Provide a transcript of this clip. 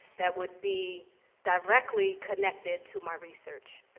that would be directly connected to my research.